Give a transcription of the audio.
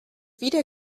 wieder